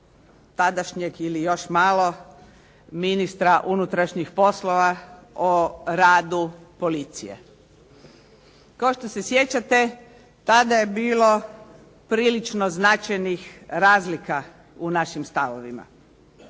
tadašnjeg ili još malo ministra unutrašnjih poslova o radu policije. Kao što se sjećate tada je bilo prilično značajnih razlika u našim stavovima.